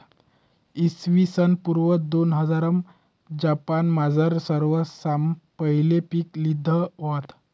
इसवीसन पूर्व दोनहजारमा जपानमझार सरवासमा पहिले पीक लिधं व्हतं